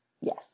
Yes